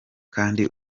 kandi